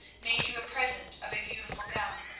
made you a present of a beautiful gown,